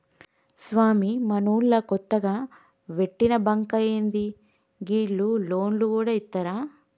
స్వామీ, మనూళ్ల కొత్తగ వెట్టిన బాంకా ఏంది, గీళ్లు లోన్లు గూడ ఇత్తరా